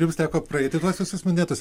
jums teko praeiti tuos visus minėtus